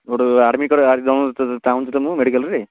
ଗୋଟେ ଆଡ଼ମି ଚାଁହୁଛି ତ ମୁଁ ମେଡ଼ିକାଲ୍ରେ